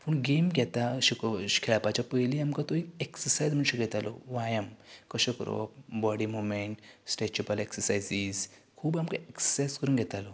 पूण गेम घेता अशें खेळपाचे पयलीं आमकां तो एक एक्ससगसायज शिकयतालो व्यायाम कशें करोप बाॅडी मुवमेन्ट स्ट्रेचेबल एक्ससरजायजीस खूब आमकां एक्सेस करून घेतालो